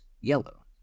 yellow